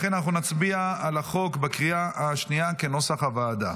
לכן אנחנו נצביע על החוק בקריאה השנייה כנוסח הוועדה.